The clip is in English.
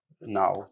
now